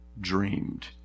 dreamed